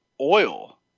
oil